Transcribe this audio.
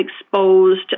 exposed